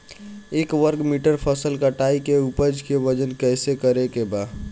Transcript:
एक वर्ग मीटर फसल कटाई के उपज के वजन कैसे करे के बा?